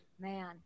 man